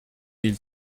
mille